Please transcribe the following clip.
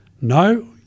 no